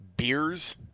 beers